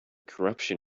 corruption